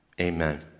Amen